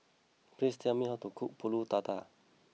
please tell me how to cook Pulut Tatal